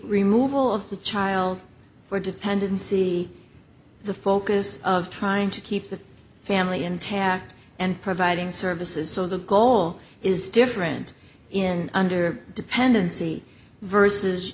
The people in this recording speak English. removal of the child for dependency the focus of trying to keep the family intact and providing sir voces so the goal is different in under dependency vers